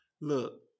look